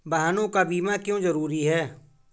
वाहनों का बीमा क्यो जरूरी है?